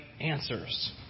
answers